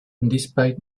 despite